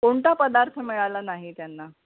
कोणता पदार्थ मिळाला नाही त्यांना